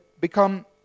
become